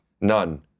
none